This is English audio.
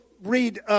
read